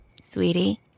Sweetie